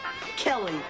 Kelly